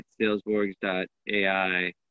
salesborgs.ai